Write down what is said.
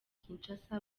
kinshasa